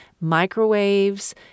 Microwaves